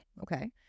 okay